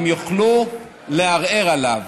הם יוכלו לערער עליו